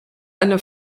eine